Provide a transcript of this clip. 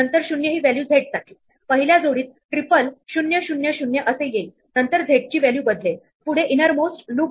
आपण इथे हा स्क्वेअर घेत आहोत आणि जर आपण अन्वेषण केले तर हे पुन्हा नवीन 8 शेजारी तयार करत आहे